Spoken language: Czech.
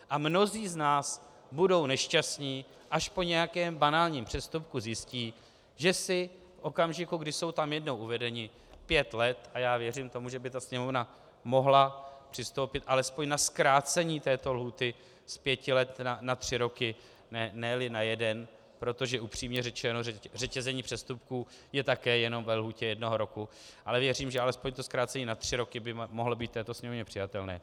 A mnozí z nás budou nešťastni, až po nějakém banálním přestupku zjistí, že si v okamžiku, kdy jsou tam jednou uvedeni, pět let a já věřím, že by Sněmovna mohla přistoupit alespoň na zkrácení této lhůty z pěti let na tři roky, neli na jeden, protože upřímně řečeno, řetězení přestupků je také jenom ve lhůtě jednoho roku, ale věřím, že alespoň zkrácení na tři roky by mohlo být v této Sněmovně přijatelné.